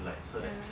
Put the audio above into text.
ya lah